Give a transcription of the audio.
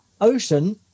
ocean